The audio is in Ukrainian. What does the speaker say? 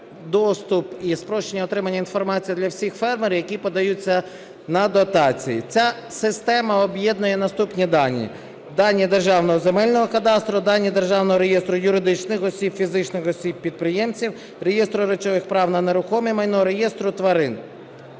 доступ і спрощення отримання інформації для всіх фермерів, які подаються на дотації. Ця система об'єднує наступні дані: дані Державного земельного кадастру, дані Державного реєстру юридичних осіб, фізичних осіб-підприємців, реєстру речових прав на нерухоме майно, реєстру тварин.